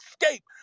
escape